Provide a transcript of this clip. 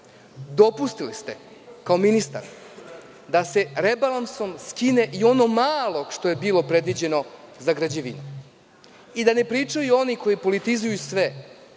dopustili ste kao ministar da se rebalansom skine i ono malo što je bilo predviđeno za građevinu i da ne pričaju oni koji politizuju sve,